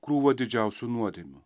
krūvą didžiausių nuodėmių